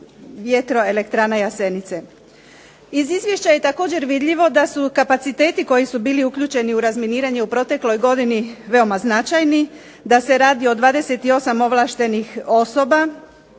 vjetroelektrana Jasenice. Iz izvješća je također vidljivo da su kapaciteti koji su bili uključeni u razminiranje u protekloj godini veoma značajni, da se radi o 28 ovlaštenih osoba,